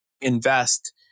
invest